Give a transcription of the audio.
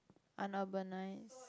unurbanized